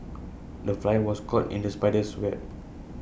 the fly was caught in the spider's web